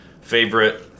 favorite